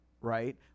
right